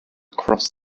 across